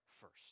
first